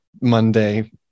Monday